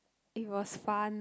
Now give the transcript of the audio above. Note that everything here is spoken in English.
it was fun